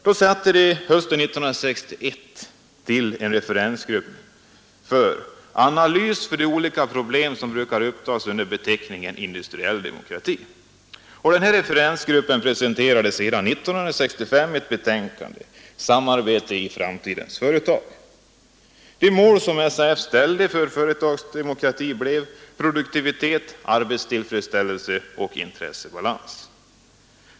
Hösten 1961 tillsatte SAF en referensgrupp för analys av de olika problem, som brukar upptas under beteckningen industriell demokrati. Referensgruppen presenterade sedan år 1965 ett betänkande, Samarbete i framtidens företag. De mål som SAF ställde för företagsdemokratin blev: produktivitet, arbetstillfredsställelse och intressebalans.